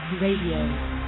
Radio